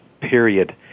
period